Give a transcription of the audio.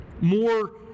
more